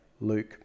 Luke